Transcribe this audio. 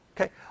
Okay